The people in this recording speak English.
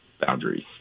boundaries